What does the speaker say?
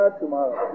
tomorrow